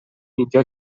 اینجا